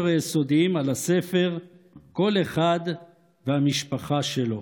היסודיים על הספר "כל אחד והמשפחה שלו".